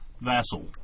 vassal